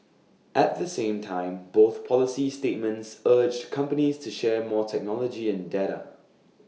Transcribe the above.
at the same time both policy statements urged companies to share more technology and data